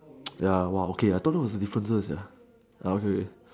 ya !wah! okay I don't know the differences sia ya uh okay